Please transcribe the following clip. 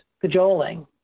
cajoling